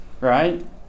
right